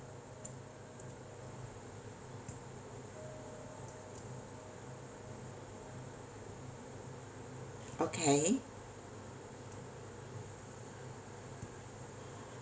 okay